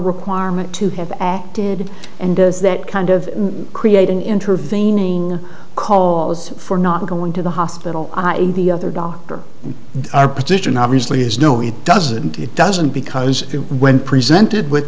requirement to have acted and does that kind of create an intervening cause for not going to the hospital the other doctor our position obviously is no it doesn't it doesn't because when presented with